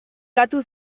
katu